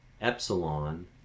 epsilon